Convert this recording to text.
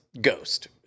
ghost